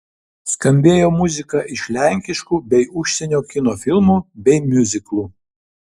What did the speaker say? skambėjo muzika iš lenkiškų bei užsienio kino filmų bei miuziklų